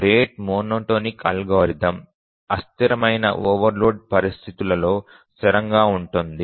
rate monotonic algorithm అస్థిరమైన overload పరిస్థితులలో స్థిరంగా ఉంటుంది